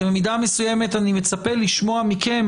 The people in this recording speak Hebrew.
שבמידה מסוימת אני מצפה לשמוע מכם,